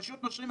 פשוט נושרים.